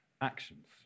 actions